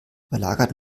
überlagert